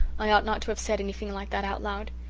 i ought not to have said anything like that out loud.